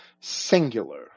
singular